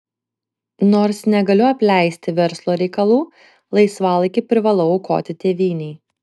nors negaliu apleisti verslo reikalų laisvalaikį privalau aukoti tėvynei